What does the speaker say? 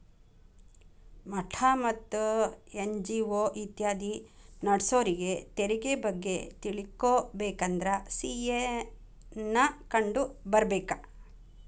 ಮಠಾ ಮತ್ತ ಎನ್.ಜಿ.ಒ ಇತ್ಯಾದಿ ನಡ್ಸೋರಿಗೆ ತೆರಿಗೆ ಬಗ್ಗೆ ತಿಳಕೊಬೇಕಂದ್ರ ಸಿ.ಎ ನ್ನ ಕಂಡು ಬರ್ಬೇಕ